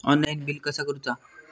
Online bill कसा करुचा?